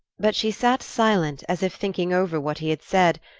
but she sat silent, as if thinking over what he had said,